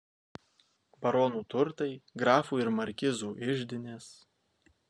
baronų turtai grafų ir markizų iždinės